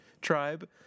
tribe